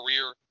career